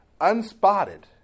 unspotted